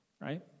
right